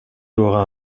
auras